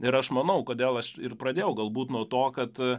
ir aš manau kodėl aš ir pradėjau galbūt nuo to kad